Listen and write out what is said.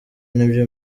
nibyo